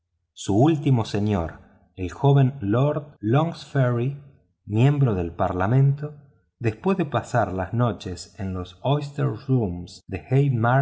su último señor el joven lord longsferry miembro del parlamento después de pasar las noches en los oystersrooms de